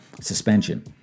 suspension